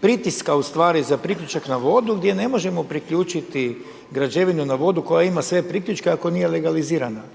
pritiska ustvari za priključak na vodu gdje ne možemo priključiti građevinu na vodu koja ima sve priključke ako nije legalizirana.